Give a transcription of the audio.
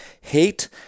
hate